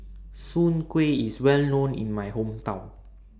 Soon Kueh IS Well known in My Hometown